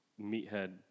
meathead